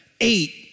eight